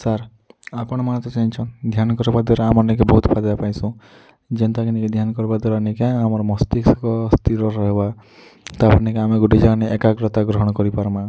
sir ଆପନ୍ ମାନେ ତ ଜାନିଛନ୍ ଧ୍ୟାନ୍ କରବା ଦ୍ୱାରା ଆମର୍ ନିକେ ବହୁତ୍ ଫାଇଦା ପାଇସୁଁ ଯେନ୍ତାକି ନିକେ ଧ୍ୟାନ୍ କରବା ଦ୍ୱାରା ନିକେ ଆମର୍ ମସ୍ତିଷ୍କ ସ୍ଥିର ରହେବା ତାର୍ ପରେ ନିକେ ଆମେ ଗୋଟେ ଜାଗାନେ ଏକାଗ୍ରତା ଗ୍ରହଣ କରିପାରମା